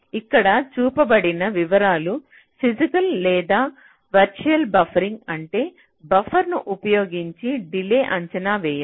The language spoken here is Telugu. ఇక్కడ చూపబడిన వివరాలు ఫిజికల్ లేదా వర్చువల్ బఫరింగ్ అంటే బఫర్ ను ఉపయోగించి డిలే అంచనా వేయడం